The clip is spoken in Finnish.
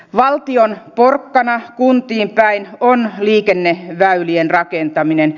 valtion porkkana kuntiin päin on liikenneväylien rakentaminen